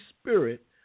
Spirit